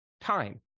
time